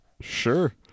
Sure